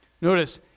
Notice